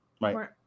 Right